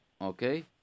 Okay